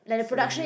so you